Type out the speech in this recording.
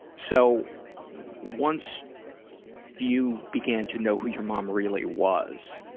so once you began to know who your mom really was,